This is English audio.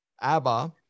ABBA